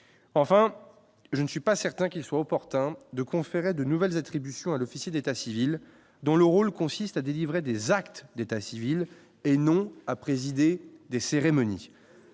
enfin je ne suis pas certain qu'il soit opportun de conférer de nouvelles attributions à l'officier d'état civil, dont le rôle consiste à délivrer des actes d'état civil et non à présider des cérémonies